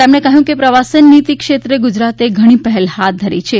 તેમણે કહ્યું કે પ્રવાસન નીતી ક્ષેત્રે ગુજરાતે ઘણી પહેલ હાથ ધરી છે